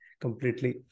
completely